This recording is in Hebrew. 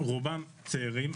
רובם צעירים.